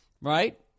right